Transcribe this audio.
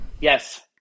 Yes